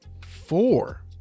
four